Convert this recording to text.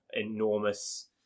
enormous